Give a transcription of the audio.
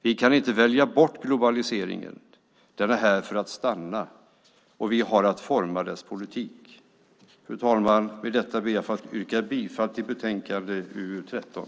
Vi kan inte välja bort globaliseringen. Den är här för att stanna, och vi har att forma dess politik. Fru talman! Med detta yrkar jag bifall till utskottets förslag i betänkande UU13.